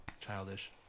Childish